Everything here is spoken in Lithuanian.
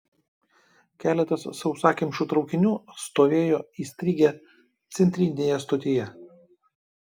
keletas sausakimšų traukinių stovėjo įstrigę centrinėje stotyje